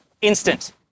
instant